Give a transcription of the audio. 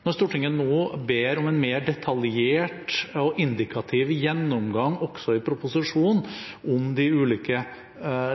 Når Stortinget nå ber om en mer detaljert og indikativ gjennomgang også i proposisjonen av de ulike